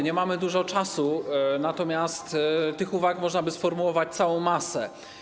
Nie mamy dużo czasu, natomiast tych uwag można by sformułować całą masę.